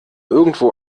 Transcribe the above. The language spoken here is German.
irgendwo